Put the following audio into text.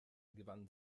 gewann